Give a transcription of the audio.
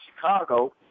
Chicago